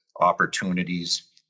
opportunities